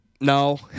No